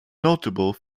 notable